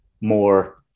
more